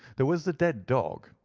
there was the dead dog,